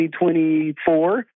2024